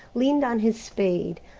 leaned on his spade,